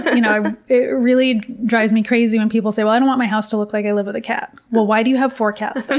you know, it really drives me crazy when people say, i don't want my house to look like i live with a cat. well, why do you have four cats, then?